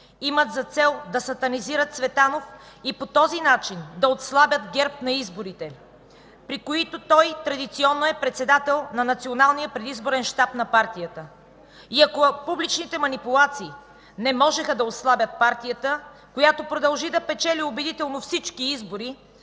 имат за цел да сатанизират Цветанов и по този начин да отслабят ГЕРБ на изборите, при които той традиционно е председател на Националния предизборен щаб на партията. И ако публичните манипулации не можеха да отслабят партията, която продължи да печели убедително всички избори,